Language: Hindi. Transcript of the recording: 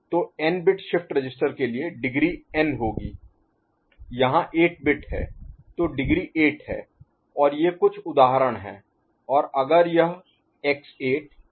तो n बिट शिफ्ट रजिस्टर के लिए डिग्री n होगी यहां 8 बिट है तो डिग्री 8 है और ये कुछ उदाहरण हैं और अगर यह x8 x7 और x1 है